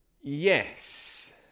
Yes